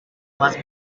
más